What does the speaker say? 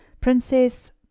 Princess